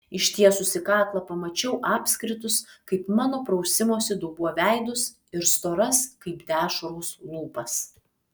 ištiesusi kaklą pamačiau apskritus kaip mano prausimosi dubuo veidus ir storas kaip dešros lūpas